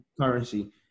currency